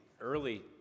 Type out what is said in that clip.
early